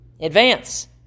Advance